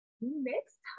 next